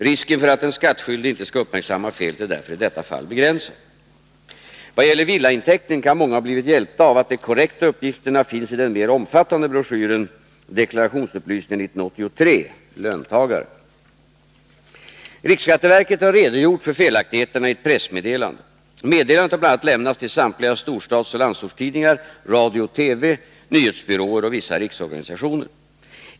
Risken för att den skattskyldige inte skall uppmärksamma felet är därför i detta fall begränsad. I vad gäller villaintäkten kan många ha blivit hjälpta av att de korrekta uppgifterna finns i den mer omfattande broschyren ”Deklarationsupplysningar 1983 — löntagare”. Riksskatteverket har redogjort för felaktigheterna i ett pressmeddelande. Meddelandet har bl.a. lämnats till samtliga storstadsoch landsortstidningar, radio och TV, nyhetsbyråer och vissa riksorganisationer.